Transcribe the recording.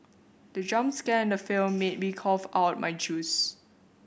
the jump scare in the film made me cough out my juice